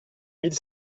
mille